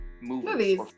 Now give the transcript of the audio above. movies